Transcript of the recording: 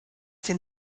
den